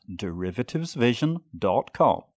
derivativesvision.com